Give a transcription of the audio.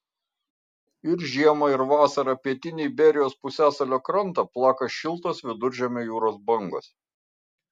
ir žiemą ir vasarą pietinį iberijos pusiasalio krantą plaka šiltos viduržemio jūros bangos